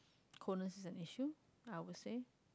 coolant is an issue I would say